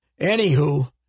Anywho